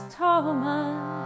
Thomas